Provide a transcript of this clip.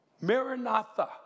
Maranatha